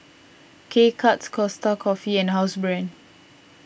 K Cuts Costa Coffee and Housebrand